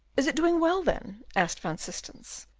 is it doing well, then? asked van systens,